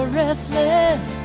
restless